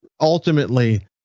ultimately